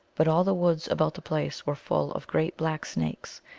but all the woods about the place were full of great black snakes,